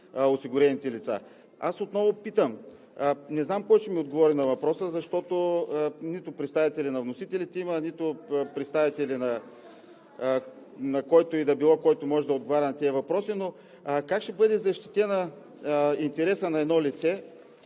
осигурените лица. Отново питам, не знам кой ще ми отговори на въпроса, защото нито представители на вносителите има, нито представители на който и да било, който може да отговаря на тези въпроси, но: как ще бъде защитен интересът на едно лице,